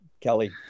Kelly